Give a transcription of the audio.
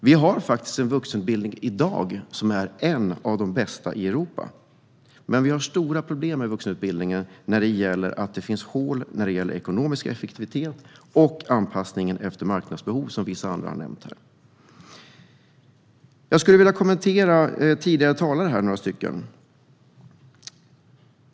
Vi har faktiskt en vuxenutbildning som redan i dag är en av de bästa i Europa, men vi har stora problem med vuxenutbildningen som har hål när det gäller ekonomisk effektivitet och anpassningen efter marknadsbehov, som vissa andra har nämnt. Jag skulle vilja kommentera det som några tidigare talare har sagt här.